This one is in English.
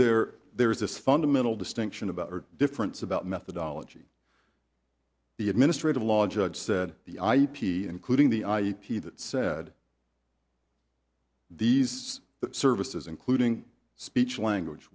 there there is this fundamental distinction about difference about methodology the administrative law judge said the ip including the ip that said these services including speech language